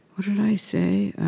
what did i say?